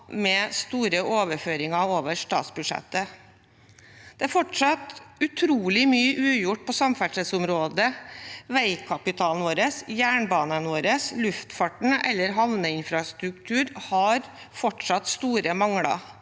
med store overføringer over statsbudsjettet. Det er fortsatt utrolig mye ugjort på samferdselsområdet: Veikapitalen vår, jernbanene våre, luftfarten og havneinfrastrukturen har fortsatt store mangler.